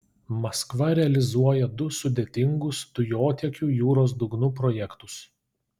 maskva realizuoja du sudėtingus dujotiekių jūros dugnu projektus